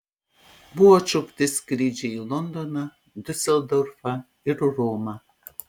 buvo atšaukti skrydžiai į londoną diuseldorfą ir romą